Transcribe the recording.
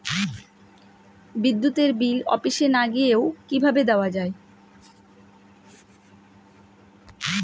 বিদ্যুতের বিল অফিসে না গিয়েও কিভাবে দেওয়া য়ায়?